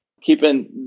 keeping